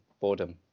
boredom